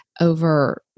over